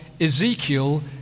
Ezekiel